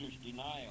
denial